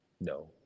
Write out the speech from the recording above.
No